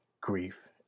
grief